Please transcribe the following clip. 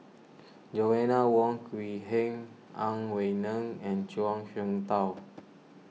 Joanna Wong Quee Heng Ang Wei Neng and Zhuang Shengtao